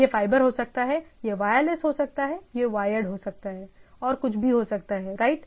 यह फाइबर हो सकता है यह वायरलेस हो सकता है यह वायर्ड हो सकता है और कुछ भी हो सकता है राइट